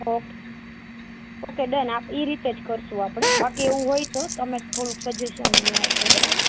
okay okay done એ રીતે જ કરીશું આપણે બાકી એવું હોય તો તમે થોડુંક સજેસન ને એ આપજો બરાબર